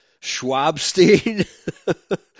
Schwabstein